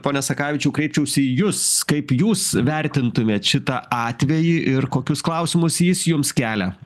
pone sakavičiau kreipčiausi į jus kaip jūs vertintumėt šitą atvejį ir kokius klausimus jis jums kelia